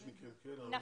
יש מקרים כאלה.